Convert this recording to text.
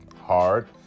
hard